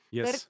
Yes